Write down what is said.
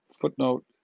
footnote